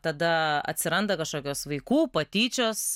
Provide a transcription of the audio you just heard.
tada atsiranda kažkokios vaikų patyčios